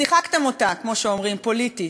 שיחקתם אותה, כמו שאומרים, פוליטית.